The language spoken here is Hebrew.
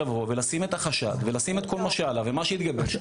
לבוא ולשים את החשד ולשים את כל מה שעלה ומה שהתגבש,